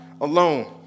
alone